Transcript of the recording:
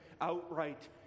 outright